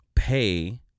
pay